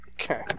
Okay